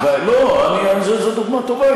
לא, זו דוגמה טובה.